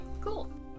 Cool